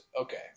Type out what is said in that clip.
okay